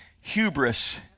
Hubris